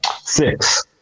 Six